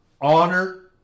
honor